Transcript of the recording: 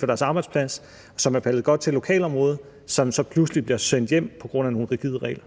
for deres arbejdsplads, og som er faldet godt til i lokalområdet, der pludselig bliver sendt hjem på grund af nogle rigide regler.